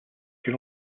can